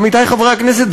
עמיתי חברי הכנסת,